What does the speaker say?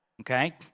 okay